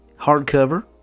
hardcover